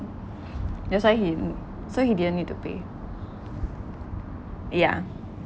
that's why he n~ so he didn't need to pay yeah